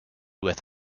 with